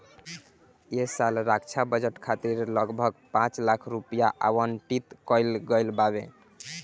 ऐ साल रक्षा बजट खातिर लगभग पाँच लाख करोड़ रुपिया आवंटित कईल गईल बावे